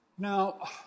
Now